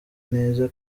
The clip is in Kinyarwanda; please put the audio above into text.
neza